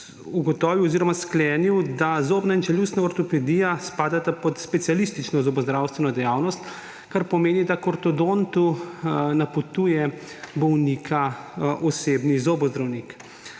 ugotovil oziroma sklenil, da zobna in čeljustna ortopedija spadata pod specialistično zobozdravstveno dejavnost, kar pomeni, da k ortodontu napotuje bolnika osebni zobozdravnik.